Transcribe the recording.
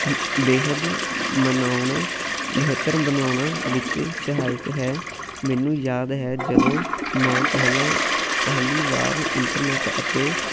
ਬੇਹੱਦ ਮਨਾਉਣਾ ਬਿਹਤਰ ਬਣਾਉਣ ਵਿੱਚ ਸਹਾਇਕ ਹੈ ਮੈਨੂੰ ਯਾਦ ਹੈ ਜਦੋਂ ਮੈਂ ਪਹਿਲਾਂ ਪਹਿਲੀ ਵਾਰ ਇੰਟਰਨੈਟ ਅਤੇ